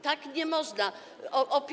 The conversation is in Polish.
Tak nie można.